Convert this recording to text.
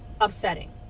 upsetting